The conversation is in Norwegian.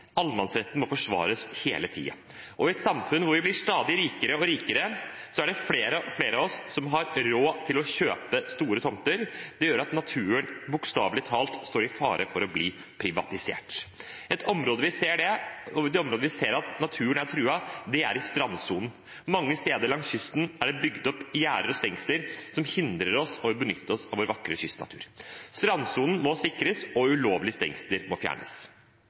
allemannsretten må forsvares hele tiden. I et samfunn hvor vi blir stadig rikere, er det flere av oss som har råd til å kjøpe store tomter. Det gjør at naturen – bokstavelig talt – står i fare for å bli privatisert. De områdene der vi ser at naturen er truet, er i strandsonen. Mange steder langs kysten er det bygd opp gjerder og stengsler som hindrer oss i å benytte oss av vår vakre kystnatur. Strandsonen må sikres, og ulovlige stengsler må fjernes.